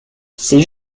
c’est